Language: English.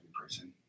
person